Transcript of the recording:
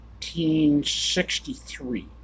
1963